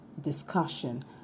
discussion